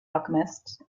alchemist